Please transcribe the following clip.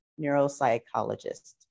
neuropsychologist